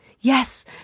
Yes